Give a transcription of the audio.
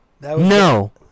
no